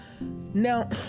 Now